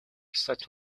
such